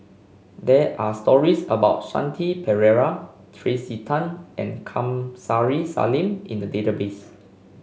they are stories about Shanti Pereira Tracey Tan and Kamsari Salam in the database